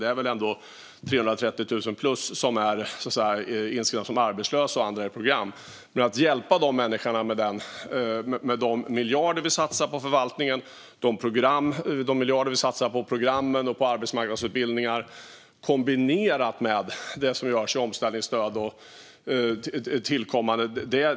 Det är väl ändå plus 330 000 som, så att säga, är inskrivna som arbetslösa eller i andra program. Det handlar om att hjälpa dessa människor med de miljarder vi satsar på förvaltningen och de miljarder vi satsar på programmen och på arbetsmarknadsutbildningarna, kombinerat med det som görs i fråga om omställningsstöd.